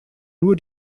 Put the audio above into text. nur